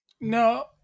No